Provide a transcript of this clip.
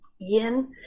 Yin